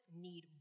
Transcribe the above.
need